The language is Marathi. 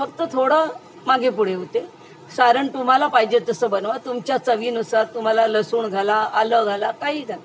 फक्त थोडं मागे पुढे होते सारण तुम्हाला पाहिजे तसं बनवा तुमच्या चवीनुसार तुम्हाला लसूण घाला आलं घाला काही घाला